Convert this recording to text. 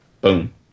Boom